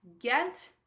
get